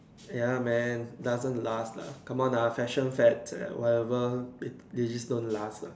ya man doesn't last lah come on ah fashion fads and whatever th~ they just don't last lah